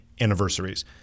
anniversaries